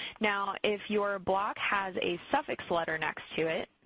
now, if your block has a suffix letter next to it,